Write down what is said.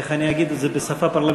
איך אני אגיד את זה בשפה פרלמנטרית,